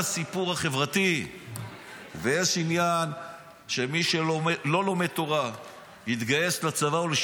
בתקופתי אין דבר כזה חייל שלא שירת בצה"ל.